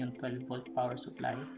and kind of volt power supply